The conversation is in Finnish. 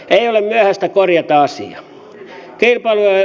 ei ole myöhäistä korjata asiaa